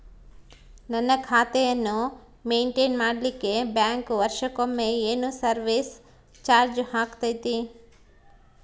ನನ್ನ ಖಾತೆಯನ್ನು ಮೆಂಟೇನ್ ಮಾಡಿಲಿಕ್ಕೆ ಬ್ಯಾಂಕ್ ವರ್ಷಕೊಮ್ಮೆ ಏನು ಸರ್ವೇಸ್ ಚಾರ್ಜು ಹಾಕತೈತಿ?